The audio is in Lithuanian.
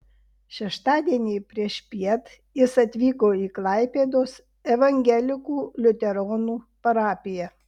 šeštadienį priešpiet jis atvyko į klaipėdos evangelikų liuteronų parapiją